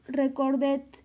recorded